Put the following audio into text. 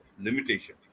limitation